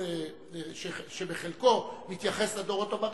שבחלקו מתייחס לדורות הבאים,